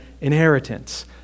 inheritance